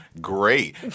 Great